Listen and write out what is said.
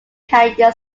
canyon